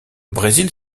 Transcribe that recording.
brésil